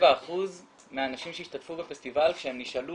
67% מהאנשים שהשתתפו בפסטיבל כשהם נשאלו